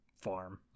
farm